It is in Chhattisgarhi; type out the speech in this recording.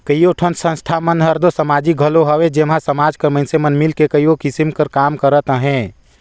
कइयो ठन संस्था मन हर दो समाजिक घलो हवे जेम्हां समाज कर मइनसे मन मिलके सरलग कइयो किसिम कर काम करत अहें